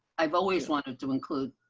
i've always wanted to include